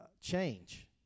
change